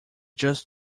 just